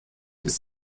ist